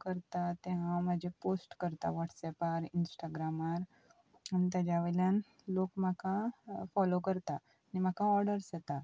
करता ते हांव म्हजे पोस्ट करता वॉट्सॅपार इंस्टाग्रामार तेज्या वयल्यान लोक म्हाका फॉलो करता आनी म्हाका ऑर्डर्स येता